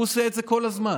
הוא עושה את זה כל הזמן.